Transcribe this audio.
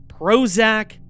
Prozac